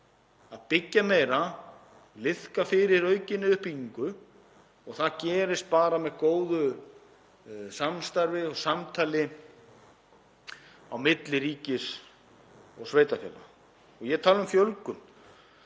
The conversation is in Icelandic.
að byggja meira og liðka fyrir aukinni uppbyggingu. Það gerist bara með góðu samstarfi og samtali á milli ríkis og sveitarfélaga. Ég talaði um fjölgun.